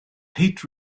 heat